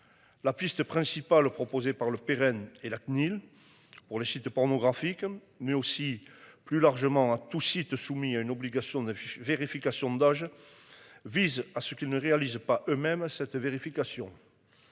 La piste principale proposée par le pérenne et la CNIL pour les sites pornographiques, mais aussi plus largement à tous soumis à une obligation n'vu vérification. Vise à ce qu'il ne réalise pas eux-mêmes cette vérification.